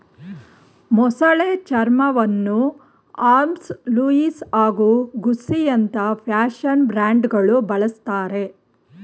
ಮೊಸಳೆ ಚರ್ಮವನ್ನು Hermes Louis ಹಾಗೂ ಗುಸ್ಸಿಯಂತ ಫ್ಯಾಷನ್ ಬ್ರ್ಯಾಂಡ್ಗಳು ಬಳುಸ್ತರೆ